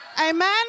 amen